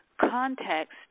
context